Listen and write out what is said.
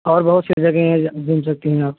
और बहुत से जगहें हैं जा घूम सकती हैं आप